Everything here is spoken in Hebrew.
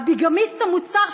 הביגמיסט המוצהר,